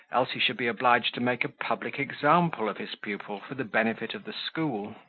else he should be obliged to make a public example of his pupil for the benefit of the school.